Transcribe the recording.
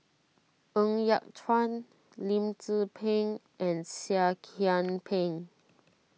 Ng Yat Chuan Lim Tze Peng and Seah Kian Peng